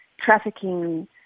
trafficking